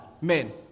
men